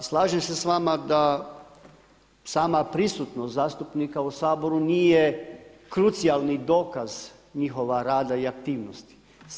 I slažem se s vama da sama prisutnost zastupnika u Saboru nije krucijalni dokaz njihova rada i aktivnosti.